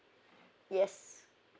yes